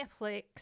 Netflix